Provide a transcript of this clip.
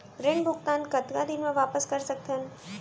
ऋण भुगतान कतका दिन म वापस कर सकथन?